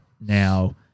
now